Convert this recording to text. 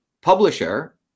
publisher